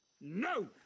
No